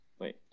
wait